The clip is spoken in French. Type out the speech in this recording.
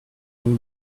donc